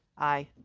aye.